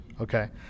okay